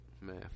Man